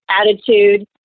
attitude